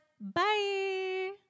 Bye